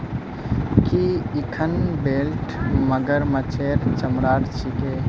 की इखन बेल्ट मगरमच्छेर चमरार छिके